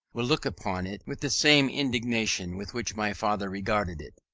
will look upon it with the same indignation with which my father regarded it.